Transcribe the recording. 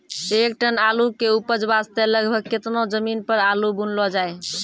एक टन आलू के उपज वास्ते लगभग केतना जमीन पर आलू बुनलो जाय?